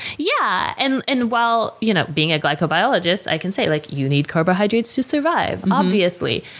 yeah. and and well, you know, being a glycobiologist, i can say like you need carbohydrates to survive, obviously.